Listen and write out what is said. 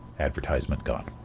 advertisement gone.